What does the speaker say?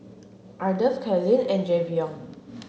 Ardeth Kylene and Jayvion